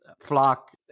flock